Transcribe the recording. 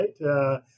right